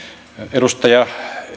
edustaja